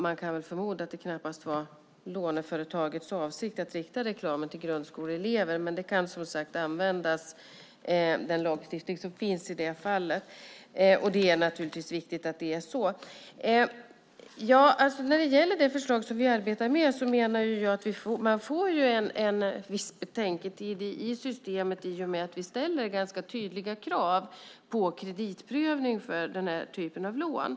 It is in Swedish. Man kan förmoda att det knappast var låneföretagets avsikt att rikta reklamen till grundskoleelever. Men den lagstiftning som finns kan, som sagt, användas i detta fall. Det är naturligtvis viktigt att det är så. När det gäller det förslag som vi arbetar med menar jag att man får en viss betänketid i systemet i och med att vi ställer ganska tydliga krav på kreditprövning för denna typ av lån.